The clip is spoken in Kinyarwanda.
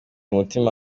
umutima